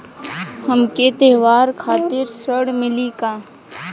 हमके त्योहार खातिर ऋण मिली का?